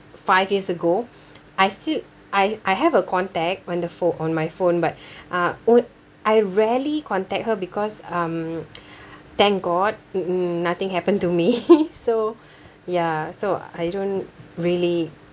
five years ago I still I I have a contact when the pho~ on my phone but uh er~ I rarely contact her because um thank god nothing happened to me so ya so I don't really